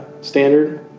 standard